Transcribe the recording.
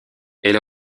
elle